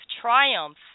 triumph